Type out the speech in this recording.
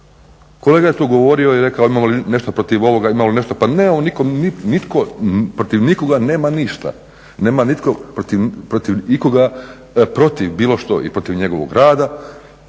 Kolega je tu govorio i rekao … nešto protiv ovoga, imamo li nešto, pa nemamo, nitko protiv nikoga nema ništa, nema nitko protiv ikoga protiv bilo što i protiv njegovog rada